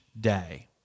day